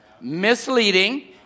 misleading